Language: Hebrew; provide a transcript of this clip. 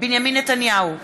בנימין נתניהו,